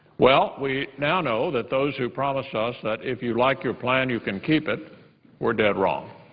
well, we now know that those who promised us that if you like your plan, you can keep it were dead wrong.